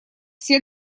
все